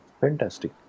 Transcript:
fantastic